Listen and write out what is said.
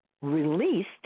released